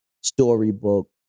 storybook